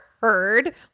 heard